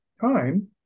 time